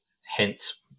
hence